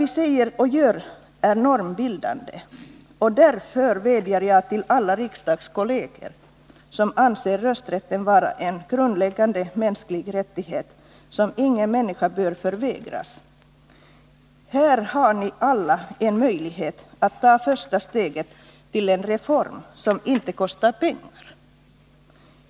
Vad vi säger och gör är normbildande, och därför säger jag till alla riksdagskolleger, som anser att rösträtten är en grundläggande mänsklig rättighet som ingen människa bör förvägras: Här har ni alla en möjlighet att ta första steget till en reform som inte kostar pengar.